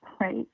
right